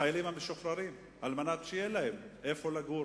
לחיילים המשוחררים, על מנת שיהיה להם איפה לגור.